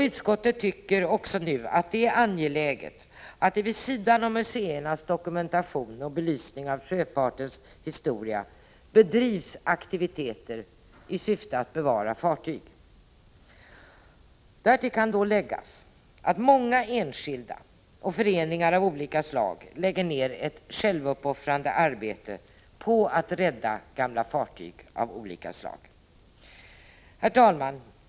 Utskottet tycker också nu att det är angeläget att det, vid sidan av museernas dokumentation och belysning av sjöfartens historia, bedrivs aktiviteter i syfte att bevara fartyg. Därtill kan läggas att många enskilda och föreningar av olika slag lägger ner ett självuppoffrande arbete på att rädda gamla fartyg av olika slag. Herr talman!